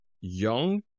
young